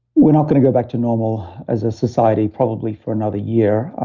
we're not going to go back to normal as a society probably for another year.